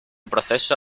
proceso